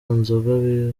nzoga